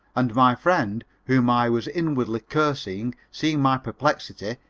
and my friend whom i was inwardly cursing, seeing my perplexity,